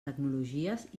tecnologies